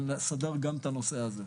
אבל נסדר גם את הנושא הזה.